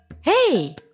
Hey